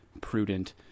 prudent